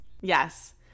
Yes